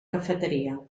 cafeteria